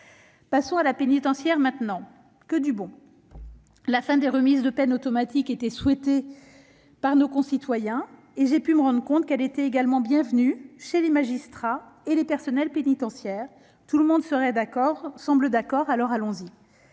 Passons à la pénitentiaire : que du bon ! La fin des remises de peine automatiques était souhaitée par nos concitoyens, et j'ai pu me rendre compte qu'elle était également bienvenue pour les magistrats et les personnels pénitentiaires. Tout le monde serait d'accord, semble d'accord, alors allons-y